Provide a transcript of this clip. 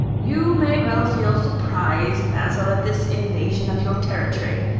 you may well feel surprised, basil, at this invasion of your territory,